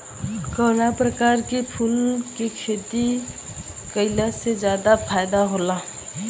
कवना प्रकार के फूल के खेती कइला से ज्यादा फायदा होला?